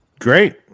great